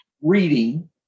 reading